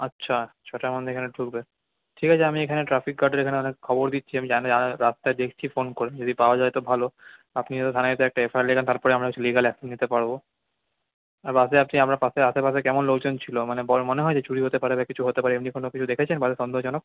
আচ্ছা ছটার মধ্যে এখানে ঢুকবে ঠিক আছে আমি এখানে ট্রাফিক গার্ডের এখানে খবর দিচ্ছি আমি রাস্তায় দেখছি ফোন করে যদি পাওয়া যায় তো ভালো আপনি শুধু থানায় এসে একটা এফআইআর লেখান তারপরে আমরা কিছু লিগাল অ্যাকশান নিতে পারবো আর বাসে আপনি আপনার পাশে আশেপাশে কেমন লোকজন ছিলো মানে মনে হয় যে চুরি হতে পারে বা কিছু হতে পারে এমনি কোনকিছু দেখেছেন বাসে সন্দেহজনক